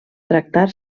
tractar